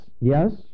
Yes